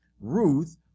Ruth